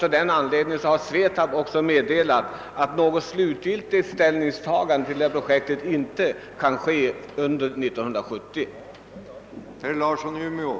Av den anledningen har SVETAB också meddelat att något slutgiltigt ställningstagande till detta projekt inte kan äga rum under år 1970.